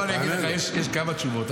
בוא אגיד לך, יש כמה תשובות.